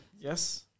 Yes